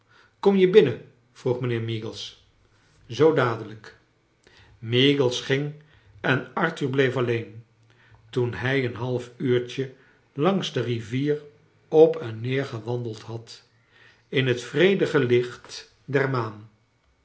kom je binnen vroeg mijnheer meagles zoo dadelijk meagles ging en arthur bleef alleen toen hij een half uurtje langs de rivier op en neer gewandeld had in bet vredige licht der maan